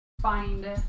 find